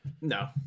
No